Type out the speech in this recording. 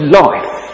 life